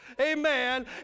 Amen